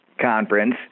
Conference